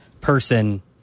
person